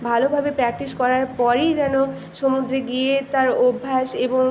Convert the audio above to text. ভালোভাবে প্র্যাকটিস করার পরেই যেন সমুদ্রে গিয়ে তার অভ্যাস এবং